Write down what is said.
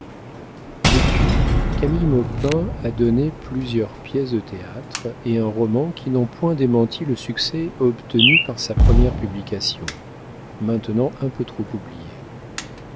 depuis camille maupin a donné plusieurs pièces de théâtre et un roman qui n'ont point démenti le succès obtenu par sa première publication maintenant un peu trop oubliée